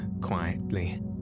quietly